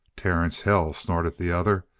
terence hell, snorted the other.